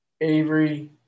Avery